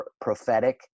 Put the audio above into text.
prophetic